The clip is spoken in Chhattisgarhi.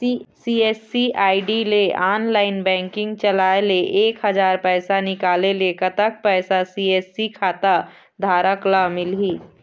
सी.एस.सी आई.डी ले ऑनलाइन बैंकिंग चलाए ले एक हजार पैसा निकाले ले कतक पैसा सी.एस.सी खाता धारक ला मिलही?